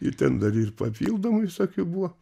ir ten dar ir papildomų visokių buvo